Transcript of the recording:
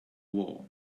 war